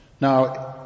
Now